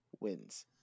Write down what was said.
wins